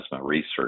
Research